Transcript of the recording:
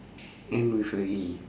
end with a A